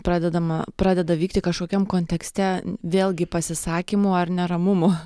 pradedama pradeda vykti kažkokiam kontekste vėlgi pasisakymų ar neramumų